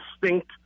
distinct